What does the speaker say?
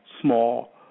small